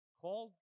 called